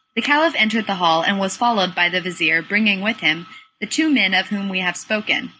the caliph entered the hall, and was followed by the vizir bringing with him the two men of whom we have spoken,